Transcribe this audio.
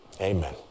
Amen